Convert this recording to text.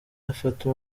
afata